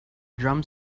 drum